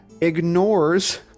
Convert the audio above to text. ignores